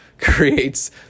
creates